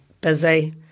Busy